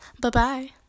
bye-bye